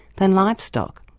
than livestock.